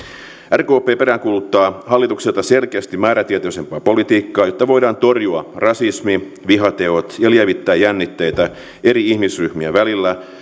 rkp peräänkuuluttaa hallitukselta selkeästi määrätietoisempaa politiikkaa jotta voidaan torjua rasismi vihateot ja lievittää jännitteitä eri ihmisryhmien välillä